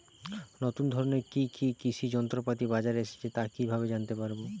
নতুন ধরনের কি কি কৃষি যন্ত্রপাতি বাজারে এসেছে তা কিভাবে জানতেপারব?